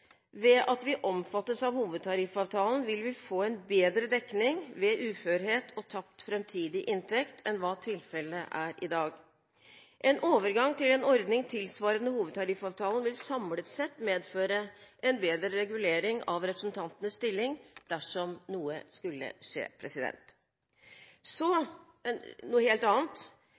Ved at vi omfattes av hovedtariffavtalen, vil vi få en bedre dekning ved uførhet og tapt framtidig inntekt enn hva tilfellet er i dag. En overgang til en ordning tilsvarende hovedtariffavtalen vil samlet sett medføre en bedre regulering av representantenes stilling dersom noe skulle skje. Så til noe helt annet.